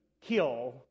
kill